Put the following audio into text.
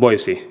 voisi tyrehtyä